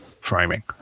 framing